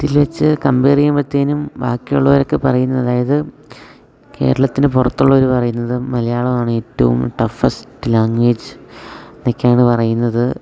ഇതിൽ വെച്ച് കംപയർ ചെയ്യുമ്പത്തേനും ബാക്കിയുള്ളവരൊക്കെ പറയുന്നത് അതായത് കേരളത്തിന് പുറത്തുള്ളവർ പറയുന്നത് മലയാളമാണ് ഏറ്റവും ടഫസ്റ്റ് ലാംഗ്വേജ് എന്നൊക്കെയാണ് പറയുന്നത്